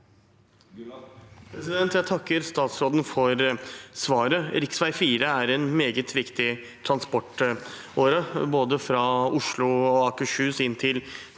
Jeg takker stats- råden for svaret. Riksvei 4 er en meget viktig transportåre både fra Oslo og Akershus til Toten